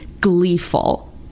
gleeful